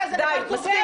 די, מספיק.